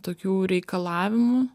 tokių reikalavimų